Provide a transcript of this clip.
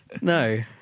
No